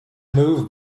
move